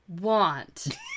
want